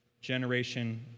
generation